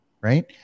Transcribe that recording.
Right